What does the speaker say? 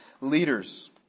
leaders